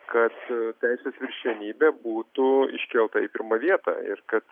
kad teisės viršenybė būtų iškelta į pirmą vietą ir kas